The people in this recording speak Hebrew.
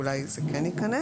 אולי זה ייכנס,